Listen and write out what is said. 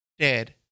Dead